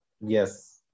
yes